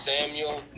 Samuel